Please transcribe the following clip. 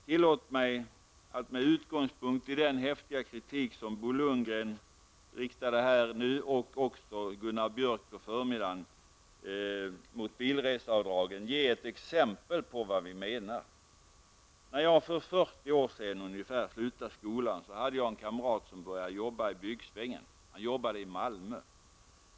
Tillåt mig att med utgångspunkt i den häftiga i kritik som Bo Lundgren -- och också Gunnar Björk på förmiddagen -- riktade mot bilreseavdragen ge ett exempel på vad vi menar. När jag för ca 40 år sedan slutade skolan, hade jag en kamrat som började jobba i byggsvängen. Han jobbade i Malmö.